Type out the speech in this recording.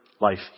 life